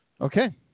Okay